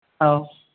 ꯑꯧ